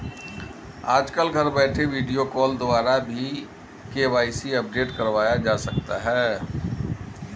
आजकल घर बैठे वीडियो कॉल द्वारा भी के.वाई.सी अपडेट करवाया जा सकता है